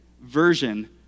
version